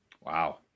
Wow